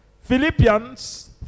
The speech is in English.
Philippians